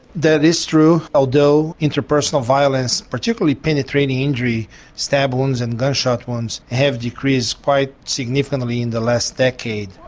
that is true although interpersonal violence particularly penetrating injury stab wounds and gunshot wounds have decreased quite significantly in the last decade.